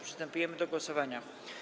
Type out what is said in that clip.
Przystępujemy do głosowania.